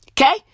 Okay